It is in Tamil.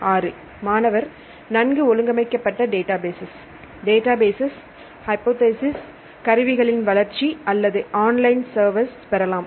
6 மாணவர் நன்கு ஒழுங்கமைக்கப்பட்ட டேட்டாபேசஸ் டேட்டாபேசஸ் ஹைபோதேசிஸ் கருவிகளின் வளர்ச்சி அல்லது ஆன்லைன் சர்வர்ஸ் பெறலாம்